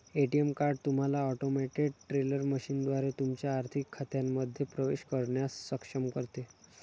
ATM card तुम्हाला automated teller मशीनद्वारे तुमच्या आर्थिक खात्यांमध्ये प्रवेश करण्यास सक्षम करते